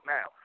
Now